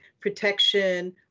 protection